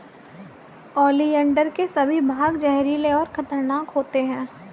oleander के सभी भाग जहरीले और खतरनाक होते हैं